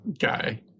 guy